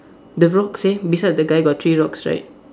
the rocks eh beside the guy got three rocks right